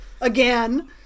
again